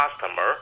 customer